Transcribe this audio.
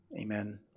amen